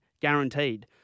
guaranteed